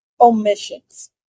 omissions